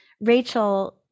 Rachel